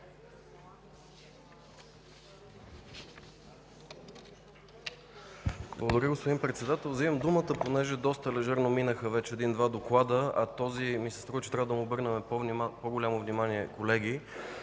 Благодаря, господин Председател. Вземам думата понеже доста лежерно минаха вече един-два доклада, а струва ми се, че на този трябва да му обърнем по-голямо внимание, колеги.